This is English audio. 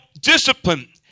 discipline